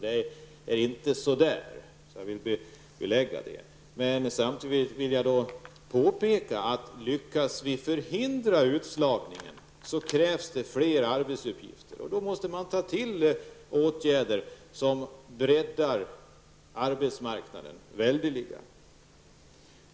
Det vill jag belägga, men samtidigt vill jag påpeka att för att vi skall lyckas att förhindra utslagningen krävs det flera arbetsuppgifter. Då måste man sätta in åtgärder som breddar arbetsmarknaden väldeligen.